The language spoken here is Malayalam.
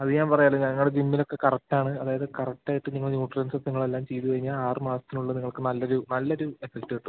അത് ഞാൻ പറയാമല്ലോ ഞങ്ങളുടെ ജിമ്മിലൊക്കെ കറക്ട് ആണ് അതായത് കറക്ട് ആയിട്ട് നിങ്ങൾ ന്യൂട്രിയൻസ് ഒക്കെ നിങ്ങൾ എല്ലാം ചെയ്ത് കയിഞ്ഞാൽ ആറു മാസത്തിനുള്ളിൽ നിങ്ങൾക്ക് നല്ലൊരു നല്ലൊരു ഇഫെക്ട് കിട്ടും